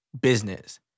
business